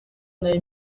nari